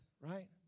right